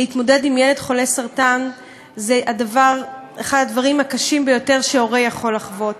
להתמודד עם ילד חולה סרטן זה אחד הדברים הקשים ביותר שהורה יכול לחוות.